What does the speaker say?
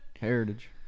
heritage